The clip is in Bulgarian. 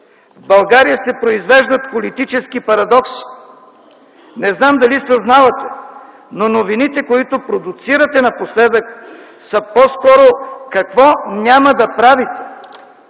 В България се произвеждат политически парадокси. Не знам дали съзнавате, но новините, които продуцирате напоследък, са по-скоро какво няма да правите,